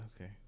Okay